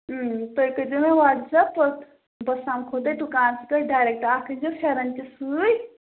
تُہۍ کٔرۍزیٚو مےٚ واٹٕس ایپ تہٕ بہٕ سَمکھو تۄہہِ دُکانَس پٮ۪ٹھ ڈایریکٹہٕ اَکھ أنۍزیٚو فٮ۪رَن تہِ سۭتۍ